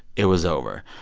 it was over.